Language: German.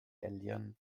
alien